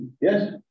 Yes